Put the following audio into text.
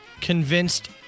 convinced